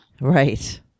right